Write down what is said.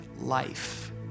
life